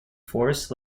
forest